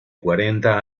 cuarenta